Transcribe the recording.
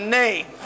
name